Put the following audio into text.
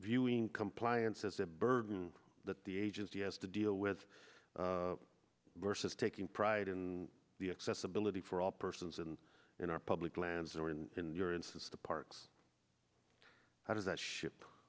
viewing compliance as a burden that the agency has to deal with versus taking pride in the accessibility for all persons and in our public lands or in your instance the parks how does that ship